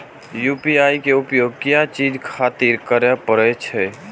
UPI के उपयोग किया चीज खातिर करें परे छे?